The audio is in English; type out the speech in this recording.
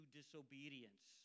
disobedience